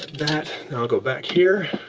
that. now, i'll go back here.